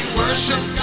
worship